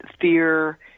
fear